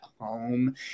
home